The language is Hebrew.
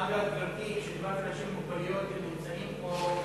אגב, גברתי, קבוצת אנשים עם מוגבלויות נמצאים פה,